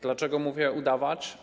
Dlaczego mówię: udawać?